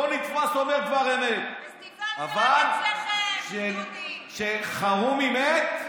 לא נתפס אומר דבר אמת, אבל כשאלחרומי מת,